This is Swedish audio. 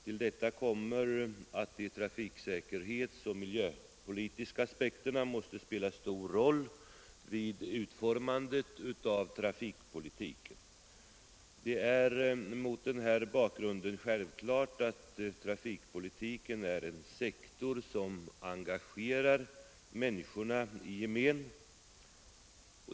Till detta kommer att de trafiksäkerhetsoch miljöpolitiska aspekterna måste spela stor roll vid utformandet av trafikpolitiken. Det är mot denna bakgrund självklart att trafikpolitiken är en sektor som engagerar människorna i gemen.